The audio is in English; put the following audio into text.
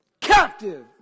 captive